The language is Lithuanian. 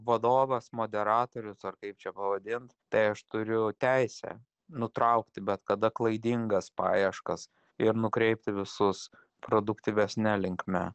vadovas moderatorius ar kaip čia pavadint tai aš turiu teisę nutraukti bet kada klaidingas paieškas ir nukreipti visus produktyvesne linkme